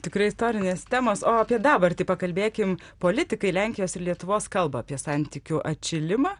tikrai istorinės temos o apie dabartį pakalbėkim politikai lenkijos ir lietuvos kalba apie santykių atšilimą